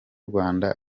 rwanda